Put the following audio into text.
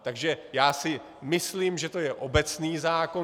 Takže já si myslím, že to je obecný zákon.